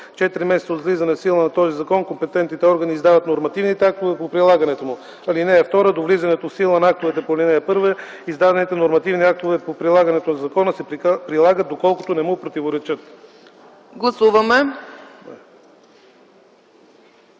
месеца от влизане в сила на този закон, компетентните органи издават нормативните актове за прилагането му. (2) До влизането в сила на актовете по ал. 1 издадените нормативни актове по прилагането на закона се прилагат, доколкото не му противоречат.”